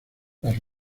las